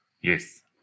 Yes